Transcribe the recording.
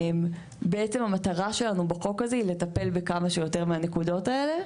בעצם המטרה שלנו בחוק הזה היא לטפל בכמה שיותר מהנקודות האלה.